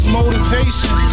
motivation